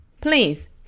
please